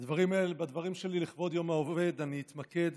בדברים שלי לכבוד יום העובד אני אתמקד